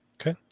okay